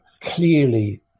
clearly